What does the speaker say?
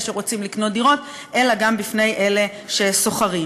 שרוצים לקנות דירות אלא גם בפני אלה ששוכַרים.